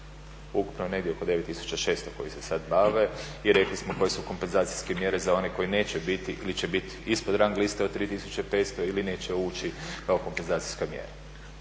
Ukupno negdje oko 9 600 koji se sad bave i rekli smo koje su kompenzacijske mjere za one koji neće biti ili će biti ispod rang liste od 3 500 ili neće uči kao kompenzacijska mjera.